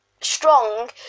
strong